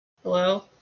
Hello